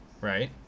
right